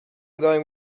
going